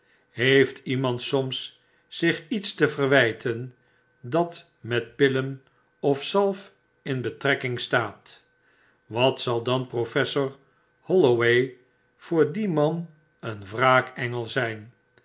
heeft iemand soms zich iets te verwyten dat met pillen of zalf in betrekking staat wat zal dan p r of essorholloway voor dien man een wraakengel zijn